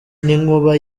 n’inkuba